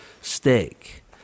stick